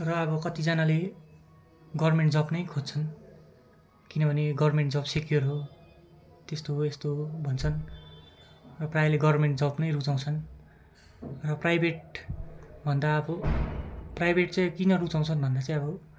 र अब कतिजनाले गभर्मेन्ट जब नै खोज्छन् किनभने गभर्मेन्ट जब सेक्योर हो त्यस्तो हो यस्तो हो भन्छन् र प्रायःले गभर्मेन्ट जब नै रुचाउँछन् र प्राइभेटभन्दा अब प्राइभेट चाहिँ किन रुचाउँछन् भन्दा चाहिँ अब